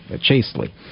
chastely